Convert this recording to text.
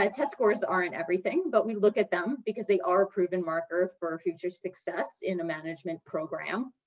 um test scores aren't everything, but we look at them because they are a proven marker for future success in a management program.